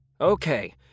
Okay